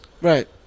Right